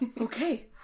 Okay